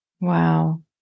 Wow